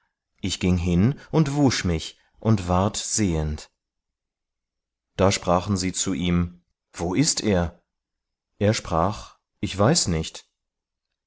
ich ging hin und wusch mich und ward sehend da sprachen sie zu ihm wo ist er er sprach ich weiß nicht